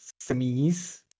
semis